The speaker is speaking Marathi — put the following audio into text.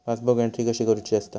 पासबुक एंट्री कशी करुची असता?